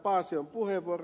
paasion puheenvuoro